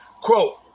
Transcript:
Quote